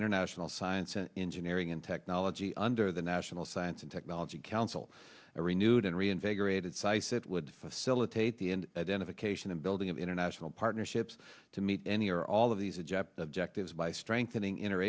international science and engineering and technology under the national science and technology council a renewed and reinvigorated cise it would facilitate the end identification and building of international partnerships to meet any or all of these the jap objectives by strengthening inter